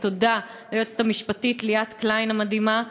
ותודה ליועצת המשפטית ליאת קליין המדהימה,